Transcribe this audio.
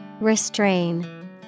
Restrain